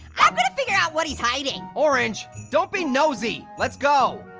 i'm gonna figure out what he's hiding. orange, don't be nosy. let's go.